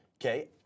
okay